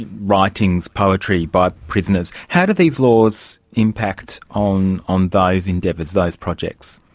writings, poetry by prisoners. how do these laws impact on on those endeavours, those projects?